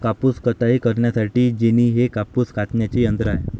कापूस कताई करण्यासाठी जेनी हे कापूस कातण्याचे यंत्र आहे